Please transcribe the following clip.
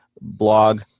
blog